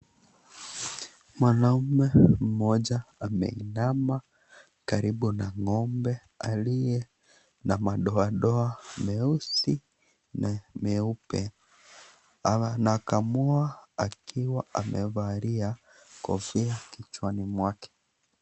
Mwanaume mmoja ameinama karibu na ng'ombe aliye na madoadoa, meusi na meupe. Anakamua akiwa amevalia kofia kichwani mwake.